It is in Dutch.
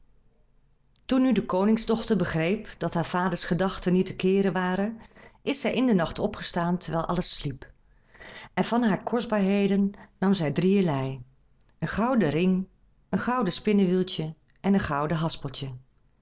toen nu de koningsdochter begreep dat haar vader's gedachten niet te keeren waren is zij in den nacht opgestaan terwijl alles sliep en van hare kostbaarheden nam zij drieërlei een gouden ring een gouden spinnewieltje en een gouden